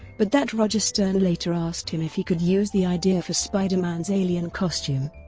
but that roger stern later asked him if he could use the idea for spider-man's alien costume.